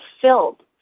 filled